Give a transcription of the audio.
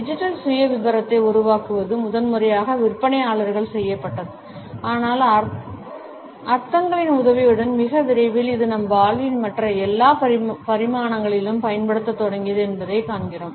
digital சுயவிவரத்தை உருவாக்குவது முதன்மையாக விற்பனையாளர்களால் செய்யப்பட்டது ஆனால் அர்த்தங்களின் உதவியுடன் மிக விரைவில் இது நம் வாழ்வின் மற்ற எல்லா பரிமாணங்களிலும் பயன்படுத்தத் தொடங்கியது என்பதைக் காண்கிறோம்